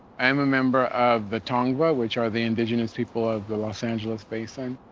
i am a member of the tongva which are the indigenous people of the los angeles basin.